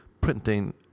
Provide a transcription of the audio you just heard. Printing